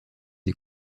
des